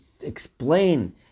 explain